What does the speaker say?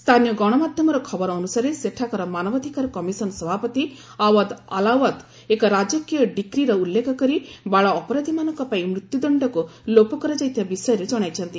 ସ୍ଥାନୀୟ ଗଣମାଧ୍ୟମର ଖବର ଅନୁସାରେ ସେଠାକାର ମାନବାଧିକାର କମିଶନ ସଭାପତି ଆୱାଦ ଆଲାୱାଦ ଏକ ରାଜକୀୟ ଡିକ୍ରୀର ଉଲ୍ଲେଖ କରି ବାଳ ଅପରାଧୀମାନଙ୍କ ପାଇଁ ମୃତ୍ୟୁଦଶ୍ଚକୁ ଲୋପ କରାଯାଇଥିବା ବିଷୟରେ ଜଣାଇଛନ୍ତି